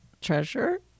Treasure